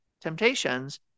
temptations